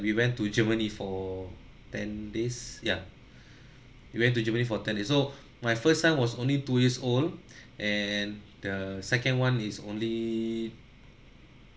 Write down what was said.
we went to germany for ten days ya we went to germany for ten days so my first son was only two years old and the second one is only